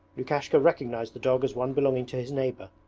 lukashka recognized the dog as one belonging to his neighbour,